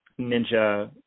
ninja